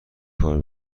کار